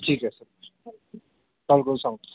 ठीक आहे sir call करून सांगतो